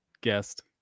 guest